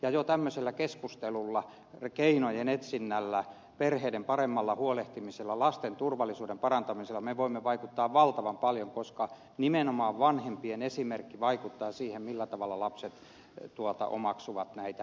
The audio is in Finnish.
ja jo tämmöisellä keskustelulla keinojen etsinnällä perheiden paremmalla huolehtimisella lasten turvallisuuden parantamisella me voimme vaikuttaa valtavan paljon koska nimenomaan vanhempien esimerkki vaikuttaa siihen millä tavalla lapset omaksuvat näitä